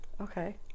Okay